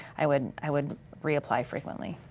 i would i would reapply frequently.